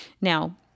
Now